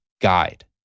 guide